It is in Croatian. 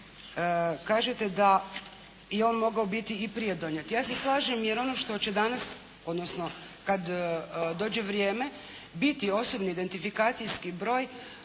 kažete da je on mogao biti i prije donijet. Ja se slažem jer ono što će danas, odnosno kad dođe vrijeme biti osobni identifikacijski broj